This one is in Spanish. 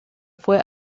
fue